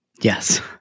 Yes